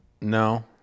No